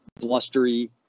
blustery